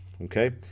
okay